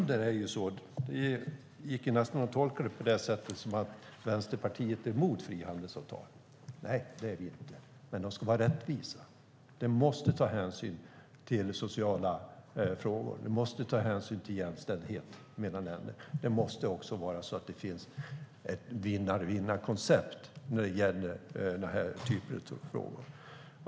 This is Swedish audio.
Det gick nästan att tolka det som att Vänsterpartiet är emot frihandelsavtal. Nej, det är vi inte, men de ska vara rättvisa. De måste ta hänsyn till sociala frågor. De måste ta hänsyn till jämställdhet. Det måste finnas ett vinna-vinna-koncept i den typen av avtal.